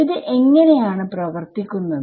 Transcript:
ഇത് എങ്ങനെ ആണ് പ്രവർത്തിക്കുന്നത്